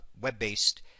web-based